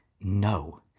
No